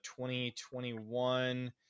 2021